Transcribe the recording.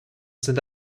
sind